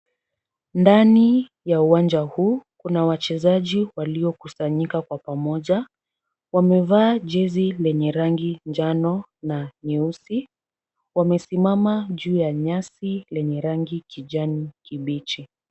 Ndani ya uwanja huu kuna wachezaji walio kusanyika kwa pamoja. Wamevaa jezi lenye rangi njano na nyeusi, wamesimama juu ya nyasi lenye rangi kijani kibichi.